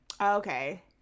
Okay